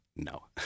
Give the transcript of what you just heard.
No